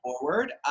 forward